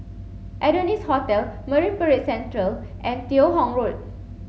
Adonis Hotel Marine Parade Central and Teo Hong Road